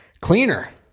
Cleaner